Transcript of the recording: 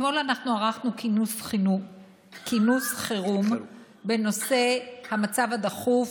אתמול ערכנו כינוס חירום בנושא המצב הדחוף,